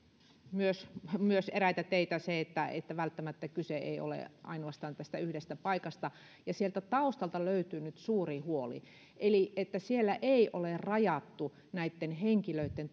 eräitä teitä myös se että että välttämättä kyse ei ole ainoastaan tästä yhdestä paikasta ja sieltä taustalta löytyy nyt suuri huoli eli siellä ei ole rajattu näitten henkilöitten